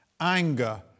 Anger